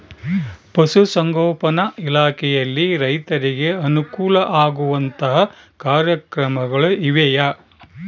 ಪಶುಸಂಗೋಪನಾ ಇಲಾಖೆಯಲ್ಲಿ ರೈತರಿಗೆ ಅನುಕೂಲ ಆಗುವಂತಹ ಕಾರ್ಯಕ್ರಮಗಳು ಇವೆಯಾ?